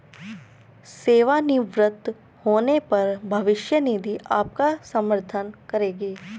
सेवानिवृत्त होने पर भविष्य निधि आपका समर्थन करेगी